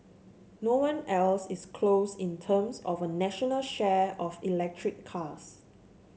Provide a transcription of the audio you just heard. no one else is close in terms of a national share of electric cars